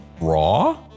raw